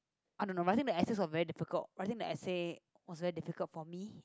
I don't know but I think the essays were very difficult I think the essay was very difficult for me